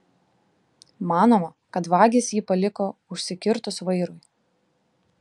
manoma kad vagys jį paliko užsikirtus vairui